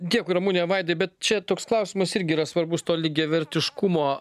dėkui ramune vaidai bet čia toks klausimas irgi yra svarbus to lygiavertiškumo